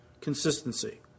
consistency